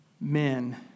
men